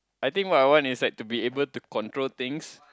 I think what I want is like to be able to control things